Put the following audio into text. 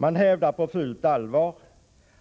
Man hävdar på fullt allvar